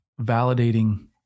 validating